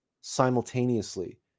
simultaneously